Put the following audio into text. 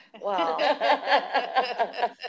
Wow